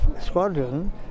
squadron